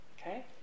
Okay